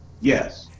Yes